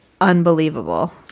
unbelievable